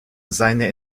seine